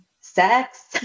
sex